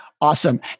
awesome